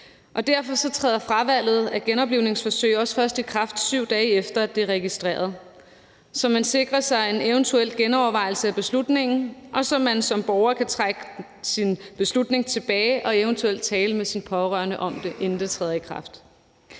derfor træder fravalget af genoplivningsforsøg også først i kraft, 7 dage efter at det er registreret, så man sikrer sig en eventuel genovervejelse af beslutningen, og så man som borger kan trække sin beslutning tilbage og eventuelt tale med sine pårørende om det, inden det træder i kraft.